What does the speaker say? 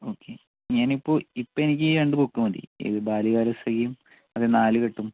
okay ഞാനിപ്പോൾ ഇപ്പോൾ എനിക്കീ രണ്ടു ബുക്ക് മതി ഇത് ബാല്യകാലസഖിയും നാലുകെട്ടും